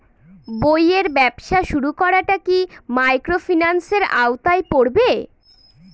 বইয়ের ব্যবসা শুরু করাটা কি মাইক্রোফিন্যান্সের আওতায় পড়বে?